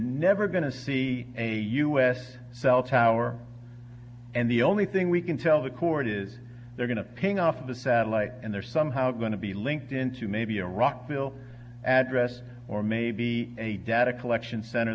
never going to see a u s cell tower and the only thing we can tell the court is they're going to ping off of the satellite and they're somehow going to be linked into maybe a rockville address or maybe a data collection center